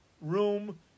room